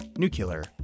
nuclear